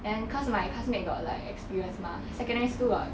then cause my classmate got like experience mah secondary school got